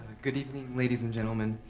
good evening, ladies and gentlemen.